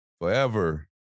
forever